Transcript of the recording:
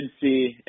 see